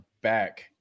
back